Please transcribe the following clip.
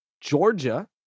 Georgia